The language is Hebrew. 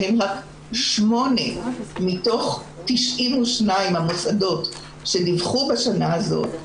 שהן רק 8 מתוך 92 המוסדות שדיווחו בשנה הזאת,